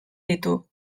ditu